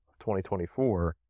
2024